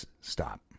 stop